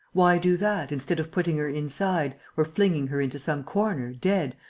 why do that, instead of putting her inside, or flinging her into some corner, dead,